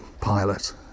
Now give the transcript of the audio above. pilot